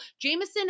Jameson